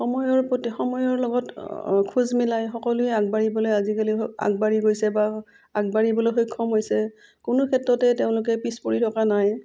সময়ৰ প্ৰতি সময়ৰ লগত খোজ মিলাই সকলোৱে আগবাঢ়িবলৈ আজিকালি আগবাঢ়ি গৈছে বা আগবাঢ়িবলৈ সক্ষম হৈছে কোনো ক্ষেত্ৰতে তেওঁলোকে পিছপৰি থকা নাই